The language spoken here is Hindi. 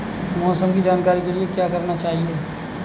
मौसम की जानकारी के लिए क्या करना चाहिए?